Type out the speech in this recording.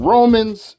Romans